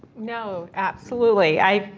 no, absolutely, i,